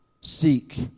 Seek